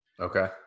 Okay